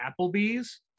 Applebee's